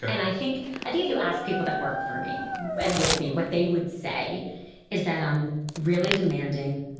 and i think think if you ask people that work for me and with me, what they would say is that i'm really demanding,